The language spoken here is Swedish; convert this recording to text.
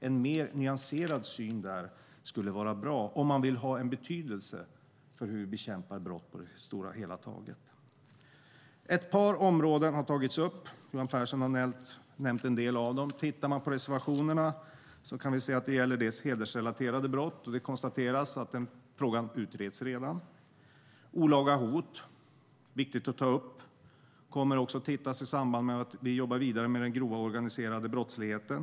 En mer nyanserad syn skulle vara bra om man vill ha betydelse för hur vi bekämpar brott på det hela taget. Ett par områden har tagits upp; Johan Pehrson har nämnt en del av dem. Tittar vi på reservationerna kan vi se att det gäller bland annat hedersrelaterade brott. Det konstateras att frågan redan utreds. När det gäller olaga hot, vilket är viktigt att ta upp, kommer också detta att ses över i samband med att vi jobbar vidare med den grova organiserade brottsligheten.